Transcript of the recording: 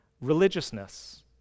Religiousness